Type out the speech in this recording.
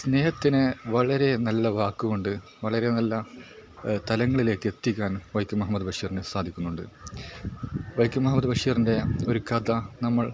സ്നേഹത്തിന് വളരെ നല്ല വാക്ക് കൊണ്ട് വളരെ നല്ല തലങ്ങളിലേക്ക് എത്തിക്കാൻ വൈക്കം മുഹമ്മദ് ബഷീറിന് സാധിക്കുന്നുണ്ട് വൈക്കം മുഹമ്മദ് ബഷീറിൻ്റെ ഒരു കഥ